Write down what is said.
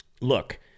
Look